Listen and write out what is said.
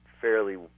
fairly